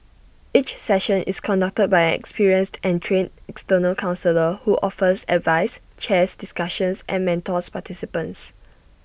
each session is conducted by an experienced and trained external counsellor who offers advice chairs discussions and mentors participants